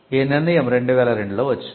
ఈ నిర్ణయం 2002 లో వచ్చింది